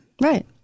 Right